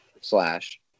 slash